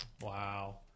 Wow